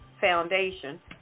foundation